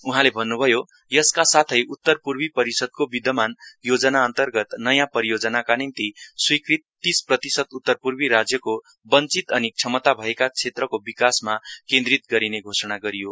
उहाँले भन्न्भयो यसका साथै उतर पूर्वी परिषदको विधमान योजना अन्तर्गत नयाँ परियोजनाका निम्ति स्वीकृत तीस प्रतिशत उत्तरपूर्वी राज्यहरूको बञ्चीत अनि क्षमता भएका क्षेत्रको विकासमा केन्द्रित गरिने घोषणा गरियो